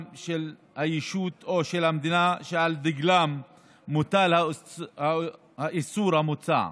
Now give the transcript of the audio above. של הישות או של המדינה שעל דגלן מוטל האיסור המוצע.